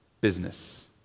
business